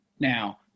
now